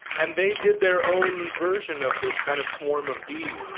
and they did their own version of this kind of swarm of bees.